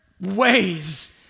ways